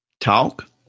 Talk